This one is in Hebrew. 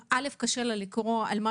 קשה לה לקרוא ולהבין על מה